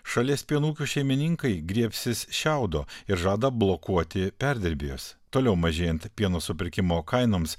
šalies pieno ūkių šeimininkai griebsis šiaudo ir žada blokuoti perdirbėjus toliau mažėjant pieno supirkimo kainoms